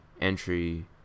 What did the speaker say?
entry